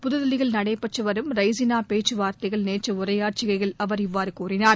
புதுதில்லியில் நடைபெற்று வரும் ரெய்ஸினா பேச்சுவார்த்தையில் நேற்று உரையாற்றுகையில் அவர் இவ்வாறு கூறினார்